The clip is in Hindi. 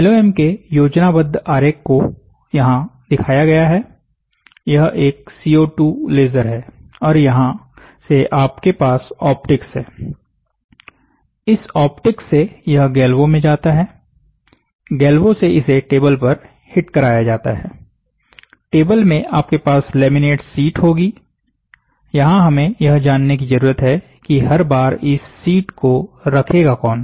एलओएम के योजनाबद्ध आरेख को यहां दिखाया गया हैयह एक CO2 लेजर है और यहां से आपके पास ऑप्टिक्स है इस ऑप्टिक्स से यह गेल्वो में जाता है गेल्वो से इसे टेबल पर हिट कराया जाता है टेबल में आपके पास लेमिनेट शीट होगी यहाँ हमें यह जानने की जरूरत है की हर बार इस शीट को रखेगा कौन